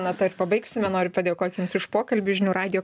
nata ir pabaigsime noriu padėkot jums už pokalbį žinių radijo